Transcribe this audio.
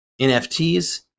NFTs